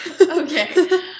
Okay